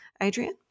Adrian